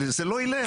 זה לא ילך.